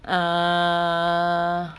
err